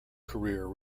career